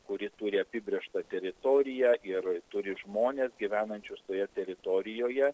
kuri turi apibrėžtą teritoriją ir turi žmones gyvenančius toje teritorijoje